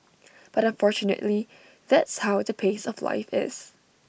but unfortunately that's how the pace of life is